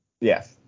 Yes